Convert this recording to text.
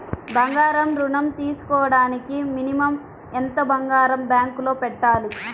బంగారం ఋణం తీసుకోవడానికి మినిమం ఎంత బంగారం బ్యాంకులో పెట్టాలి?